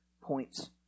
points